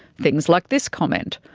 things like this comment,